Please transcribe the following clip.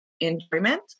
enjoyment